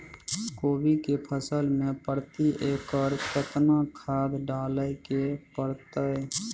कोबी के फसल मे प्रति एकर केतना खाद डालय के परतय?